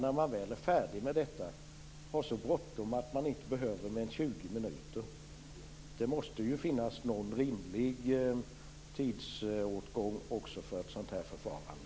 När man väl är färdig med detta har man så bråttom att man inte skall behöva mer än 20 minuter för detta. Det måste ju finnas någon rimlig tidsåtgång också för ett sådant här förfarande.